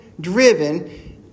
driven